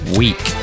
week